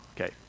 Okay